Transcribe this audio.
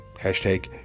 Hashtag